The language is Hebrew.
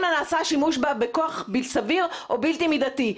נעשה שימוש בה בכוח סביר או בלתי מידתי.